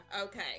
Okay